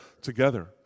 together